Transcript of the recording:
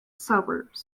suburbs